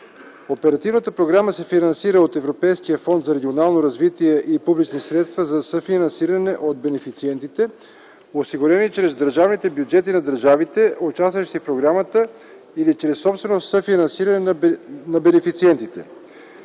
Оперативната програма се финансира от Европейския фонд за регионално развитие и публични средства за съфинансиране от бенефициентите, осигурени чрез държавните бюджети на държавите, участващи в програмата, или чрез собствено съфинансиране на бенефициентите.